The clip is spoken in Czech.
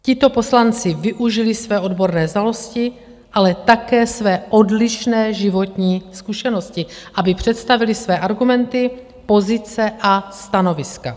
Tito poslanci využili své odborné znalosti, ale také své odlišné životní zkušenosti, aby představili své argumenty, pozice a stanoviska.